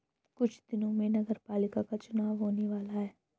कुछ दिनों में नगरपालिका का चुनाव होने वाला है